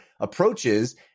approaches